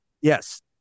Yes